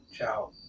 ciao